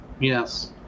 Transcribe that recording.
Yes